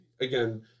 again